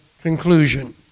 conclusion